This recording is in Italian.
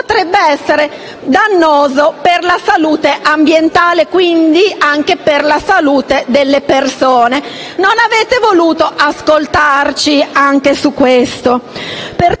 potrebbe essere dannoso per la salute ambientale e, quindi, anche per la salute delle persone, ma voi non avete voluto ascoltarci neanche su questo.